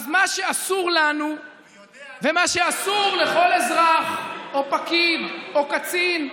אז מה שאסור לנו ומה שאסור לכל אזרח או פקיד או קצין,